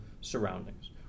surroundings